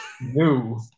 no